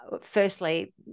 firstly